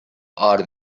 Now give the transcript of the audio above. are